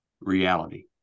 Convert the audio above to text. reality